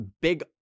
big